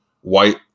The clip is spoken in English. white